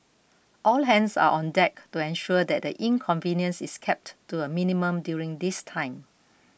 all hands are on deck to ensure that the inconvenience is kept to a minimum during this time